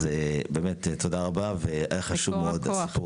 תודה רבה, היה חשוב מאוד לשמוע